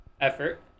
effort